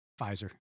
Pfizer